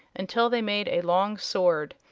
until they made a long sword.